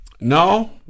No